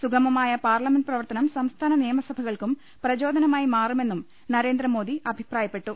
സുഗമമായ പാർലമെന്റ് പ്രവർത്തനം സംസ്ഥാന നിയമസഭകൾക്കും പ്രചോദനമായി മാറുമെന്നും നരേന്ദ്രമോദി അഭിപ്രായപ്പെട്ടു